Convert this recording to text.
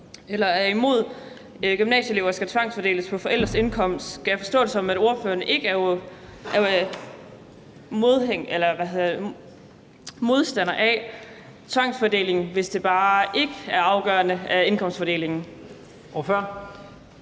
lodret imod, at gymnasieelever skal tvangsfordeles på baggrund af forældres indkomst. Skal jeg forstå det sådan, at ordføreren ikke er modstander af tvangsfordeling, hvis det bare ikke er på grundlag af indkomstfordelingen? Kl.